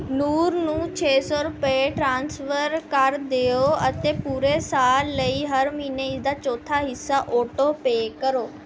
ਨੂਰ ਨੂੰ ਛੇ ਸੌ ਰੁਪਏ ਟਰਾਂਸਫਰ ਕਰ ਦਿਓ ਅਤੇ ਪੂਰੇ ਸਾਲ ਲਈ ਹਰ ਮਹੀਨੇ ਇਸਦਾ ਚੌਥਾ ਹਿੱਸਾ ਔਟੋ ਪੇਅ ਕਰੋ